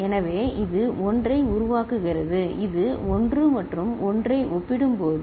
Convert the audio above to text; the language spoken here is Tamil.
எனவே இது 1 ஐ உருவாக்குகிறது இது 1 மற்றும் 1 ஐ ஒப்பிடும்போது